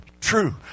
true